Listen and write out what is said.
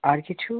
আর কিছু